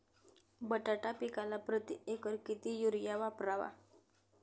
बटाटा पिकाला प्रती एकर किती युरिया वापरावा?